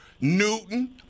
Newton